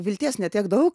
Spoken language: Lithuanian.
vilties ne tiek daug